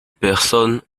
personne